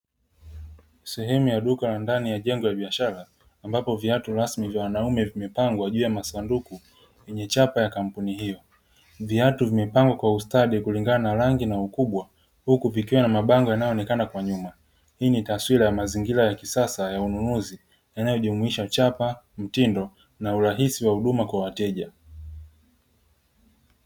Sehemu ya duka la ndani ya jengo la biashara ambapo viatu rasmi vya wanaume vimepangwa juu ya masanduku yenye chapa ya kampuni hiyo, viatu vimepangwa kwa ustadi kulingana na rangi na ukubwa huku vikiwa na mabango yanayoonekana kwa nyuma. Hii ni taswira ya mazingira ya kisasa ya ununuzi yanayojumuisha chapa, mtindo na urahisi wa huduma kwa wateja.